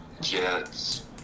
Jets